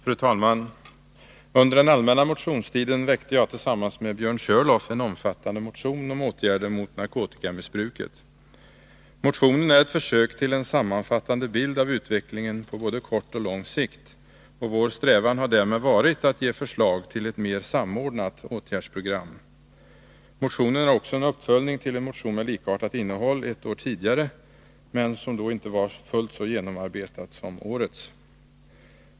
Fru talman! Under den allmänna motionstiden väckte jag tillsammans med Björn Körlof en omfattande motion om åtgärder mot narkotikamissbruket. Motionen är ett försök till en sammanfattande bild av utvecklingen på både kort och lång sikt, och vår strävan har därmed varit att ge förslag till ett mer samordnat åtgärdsprogram. Motionen är också en uppföljning till en motion med likartat innehåll ett år tidigare, som dock inte var fullt så genomarbetad som årets.